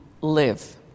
live